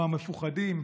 או המפוחדים,